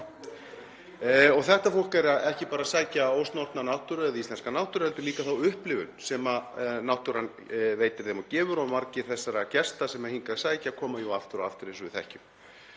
Þetta fólk er svo ekki bara að sækja ósnortna náttúru eða íslenska náttúru heldur líka þá upplifun sem náttúran veitir þeim og gefur og margir þessara gesta sem hingað sækja koma jú aftur og aftur eins og við þekkjum.